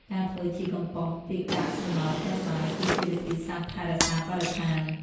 ការធ្វើជីកំប៉ុស្តពីកាកសំណល់ផ្ទះបាយ គឺជាវិធីសាស្ត្រថែរក្សាបរិស្ថាន។